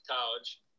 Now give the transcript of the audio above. College